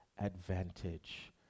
advantage